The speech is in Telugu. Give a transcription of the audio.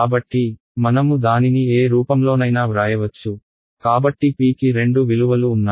కాబట్టి మనము దానిని ఏ రూపంలోనైనా వ్రాయవచ్చు కాబట్టి p కి రెండు విలువలు ఉన్నాయి